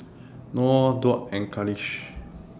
Nor Daud and Khalish